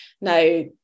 Now